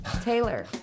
Taylor